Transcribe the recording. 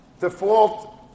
Default